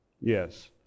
Yes